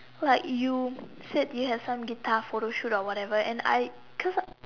like you said you had some guitar photo shoot or whatever and I because